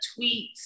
tweets